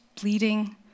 bleeding